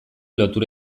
lotura